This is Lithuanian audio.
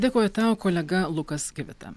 dėkoju tau kolega lukas kivita